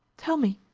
tell me,